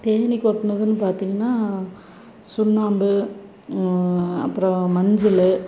தேனீ கொட்டுணுதுன்னு பார்த்திங்கன்னா சுண்ணாம்பு அப்புறம் மஞ்சள்